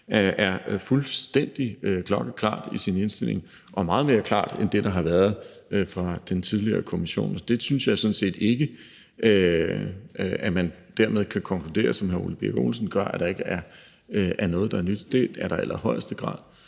er fuldstændig klokkeklart i sin indstilling og meget mere klart end det, der kom fra den tidligere kommission. Jeg synes derfor ikke, at man dermed kan konkludere, som hr. Ole Birk Olesen gør, nemlig at der ikke er noget, der er nyt. Det er der i allerhøjeste grad.